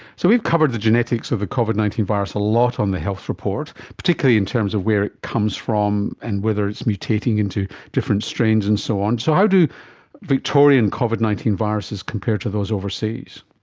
so we've covered the genetics of the covid nineteen virus a lot on the health report, particularly in terms of where it comes from and whether it's mutating into different strains and so on. so how do victorian covid nineteen viruses compare to those overseas?